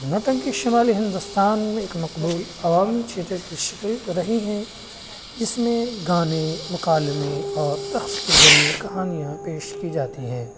نوٹنکی شمالی ہندوستان میں ایک مقبول عوامی ٹھئیٹر کی شکلیں رہی ہیں جس میں گانے مکالمے اور رقس کے ذریعے کہانیاں پیش کی جاتی ہیں